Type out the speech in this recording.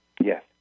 Yes